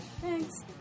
Thanks